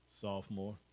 Sophomore